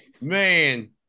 Man